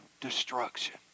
destruction